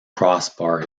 crossbar